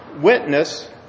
Witness